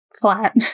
flat